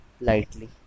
Lightly